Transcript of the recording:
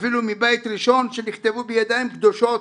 אפילו מבית ראשון, שנכתבו בידיים קדושות